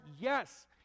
Yes